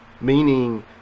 meaning